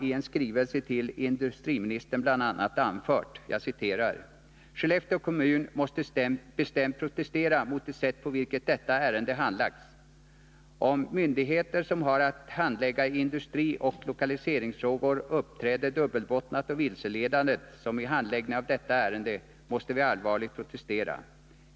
I en skrivelse till industriministern anför man bl.a.: ”Skellefteå kommun måste bestämt protestera mot det sätt på vilket detta ärende handlagts. Om myndigheter som har att handlägga industrioch lokaliseringsfrågor uppträder dubbelbottnat och vilseledande, som i handläggningen i detta ärende, måste vi allvarligt protestera.